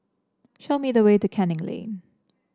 show me the way to Canning Lane